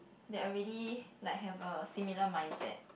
they already like have a similar mindset